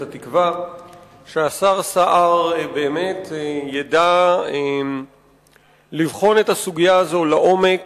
את התקווה שהשר סער באמת ידע לבחון את הסוגיה הזאת לעומק